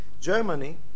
Germany